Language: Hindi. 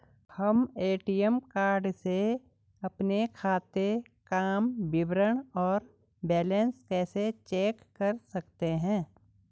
हम ए.टी.एम कार्ड से अपने खाते काम विवरण और बैलेंस कैसे चेक कर सकते हैं?